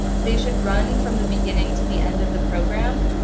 they should run from the beginning to the end of the program,